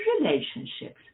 relationships